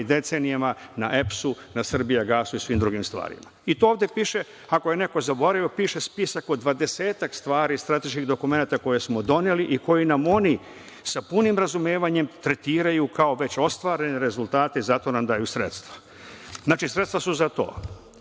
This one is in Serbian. decenijama, na EPS-u, „Srbijagasu“ i svim drugim stvarima. I to ovde piše, ako je neko zaboravio, piše spisak od dvadesetak stvari, strateških dokumenata koje smo doneli i koji nam sa punim razumevanjem oni tretiraju kao već ostvarene rezultate i zato nam daju sredstava. Sredstva su za to. Da